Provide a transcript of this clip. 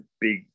big